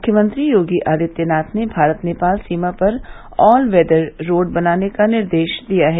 मुख्यमंत्री योगी आदित्यनाथ ने भारत नेपाल सीमा पर ऑल वेदर रोड बनाने का निर्देश दिया है